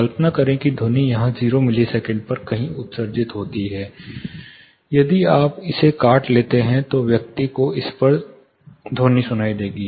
कल्पना करें कि ध्वनि यहां 0 मिलीसेकंड पर कहीं उत्सर्जित होती है यदि आप इसे काट लेते हैं तो व्यक्ति को इस पर ध्वनि सुनाई देगी